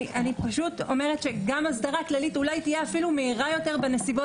אני פשוט אומרת שגם הסדרה כללית אולי תהיה אפילו מהירה יותר בנסיבות,